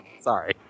Sorry